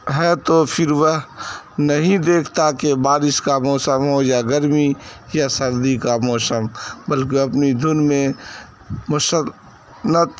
ہے تو پھر وہ نہیں دیکھتا کہ بارش کا موسم ہو یا گرمی یا سردی کا موسم بلکہ اپنی دھن میں وہ سب لت